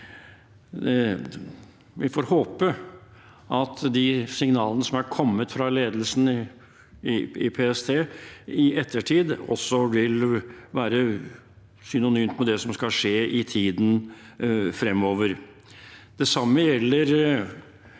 Vi får håpe at de signalene som er kommet fra ledelsen i PST, i ettertid også vil være synonyme med det som skal skje i tiden fremover. Det samme gjelder